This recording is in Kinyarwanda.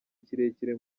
kirekire